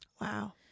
Wow